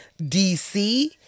DC